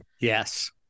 Yes